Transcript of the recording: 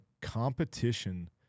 competition